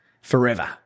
forever